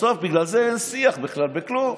בסוף, בגלל זה, אין שיח בכלל בכלום,